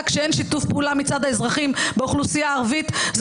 כשאין שיתוף פעולה מצד האזרחים באוכלוסייה הערבית זו